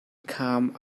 come